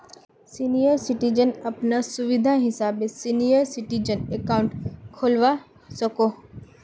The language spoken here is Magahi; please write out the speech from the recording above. सीनियर सिटीजन अपना सुविधा हिसाबे सीनियर सिटीजन अकाउंट खोलवा सकोह